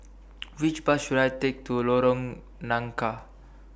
Which Bus should I Take to Lorong Nangka